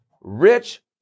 Rich